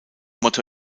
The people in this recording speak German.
motto